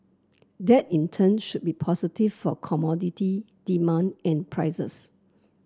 that in turn should be positive for commodity demand and prices